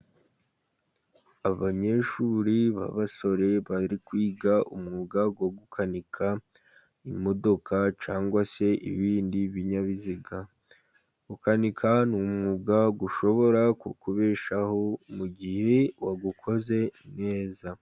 Abanyeshuri b'abasore, bari kwiga umwuga wo gukanika imodoka cyangwa se ibindi binyabiziga. Gukanika ni umwuga ushobora kukubeshaho mu gihe wawukoze neza.